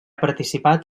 participat